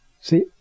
see